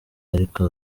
ariko